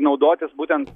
naudotis būtent